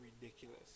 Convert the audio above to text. Ridiculous